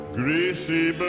greasy